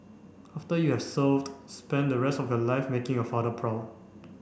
after you have served spend the rest of your life making your father proud